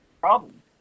problem